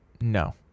No